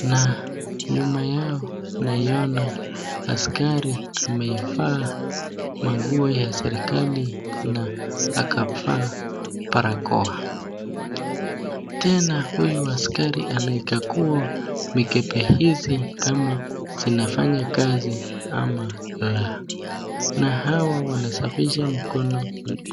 na nyuma yao naiona askari ameivaa manguo ya serikali na akavaa barakoa. Tena huyu askari anakaa kuwa ni mkebe hizi kama zinafanya kazi ama la na hawa wanasafisha mkono.